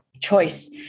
choice